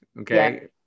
okay